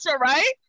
right